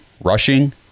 rushing